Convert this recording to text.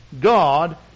God